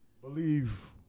Believe